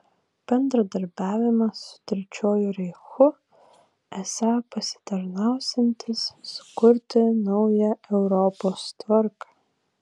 bendradarbiavimas su trečiuoju reichu esą pasitarnausiantis sukurti naują europos tvarką